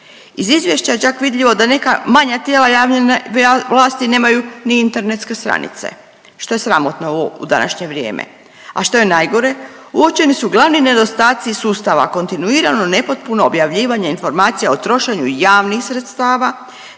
Iz izvješća je čak vidljivo da neka manja tijela javne vlasti nemaju ni internetske stranice što je sramotno u današnje vrijeme, a što je najgore uočeni su glavni nedostaci sustava kontinuirano nepotpuno objavljivanje informacija o trošenju javnih sredstava